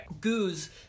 Goose